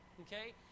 okay